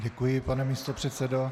Děkuji, pane místopředsedo.